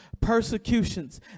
persecutions